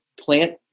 plant